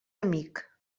amic